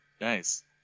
Nice